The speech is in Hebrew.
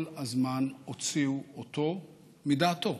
כל הזמן הוציאו אותו מדעתו.